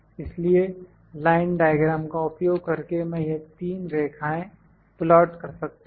इसलिए line diagram का उपयोग करके मैं यह तीन रेखायें प्लाट कर सकता हूं